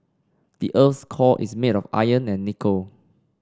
the earth's core is made of iron and nickel